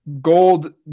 Gold